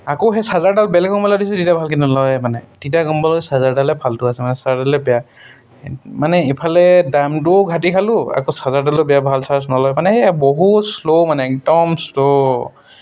আকৌ সেই চাৰ্জাৰডাল বেলেগ মোবাইলত দিছোঁ তেতিয়া ভালকৈ নলয় মানে তেতিয়া গম পালো চাৰ্জাৰডালে ফালতু আছে মানে চাৰ্জাৰডালেই বেয়া মানে ইফালে দামটোও ঘাটি খালো আকৌ চাৰ্জাৰডালো বেয়া ভাল চাৰ্জ নলয় মানে সেয়া বহুত শ্ল' মানে একদম শ্ল'